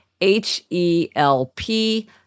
H-E-L-P